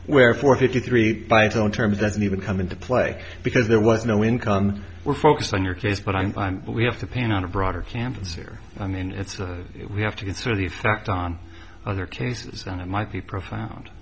where for fifty three by its own terms doesn't even come into play because there was no income we're focused on your case but i'm we have to paint on a broader campus here i mean it's we have to consider the effect on other cases that might be prof